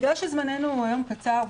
בגלל שזמננו היום קצר,